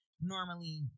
normally